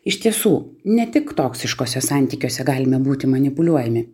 iš tiesų ne tik toksiškuose santykiuose galime būti manipuliuojami